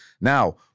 Now